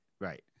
right